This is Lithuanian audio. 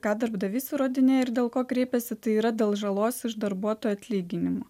ką darbdavys įrodinėja ir dėl ko kreipiasi tai yra dėl žalos iš darbuotojo atlyginimo